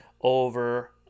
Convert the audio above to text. over